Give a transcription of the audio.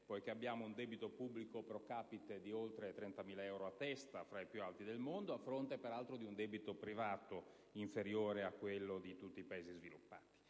poiché abbiamo un debito pubblico *pro capite* di oltre 30.000 euro - quindi tra i più alti del mondo - a fronte di un debito privato inferiore a quello di tutti i Paesi sviluppati.